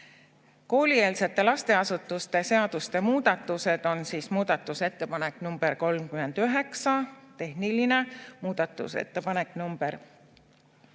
Koolieelse lasteasutuse seaduse muudatused on muudatusettepanek nr 39, tehniline, muudatusettepanek nr ...